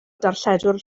darlledwr